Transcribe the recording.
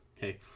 hey